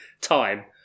Time